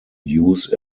use